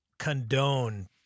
condone